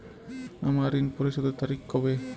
আমার ঋণ পরিশোধের তারিখ কবে?